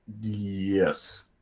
Yes